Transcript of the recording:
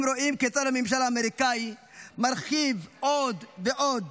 הם רואים כיצד הממשל האמריקאי מרחיב עוד ועוד